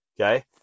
okay